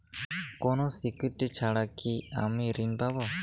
কোনো সিকুরিটি ছাড়া কি আমি ঋণ পাবো?